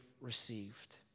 received